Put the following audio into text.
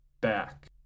back